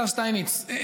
השר שטייניץ,